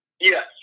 Yes